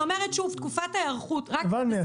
אני אומרת שוב: תקופת ההיערכות -- הבנתי,